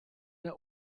der